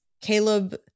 Caleb